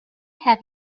have